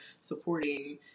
supporting